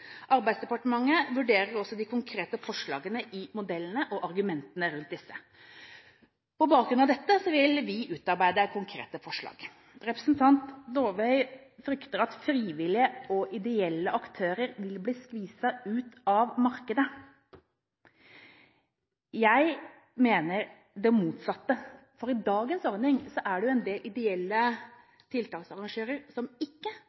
Arbeidsdepartementet vurderer også de konkrete forslagene i modellene og argumentene rundt disse. På bakgrunn av dette vil vi utarbeide konkrete forslag. Representanten Dåvøy frykter at frivillige og ideelle aktører vil bli skviset ut av markedet. Jeg mener det motsatte, for i dagens ordning er det jo en del ideelle tiltaksarrangører som ikke